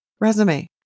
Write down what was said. resume